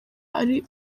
ari